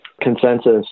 consensus